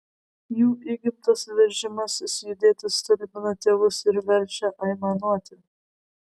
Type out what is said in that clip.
jų įgimtas veržimasis judėti stulbina tėvus ir verčia aimanuoti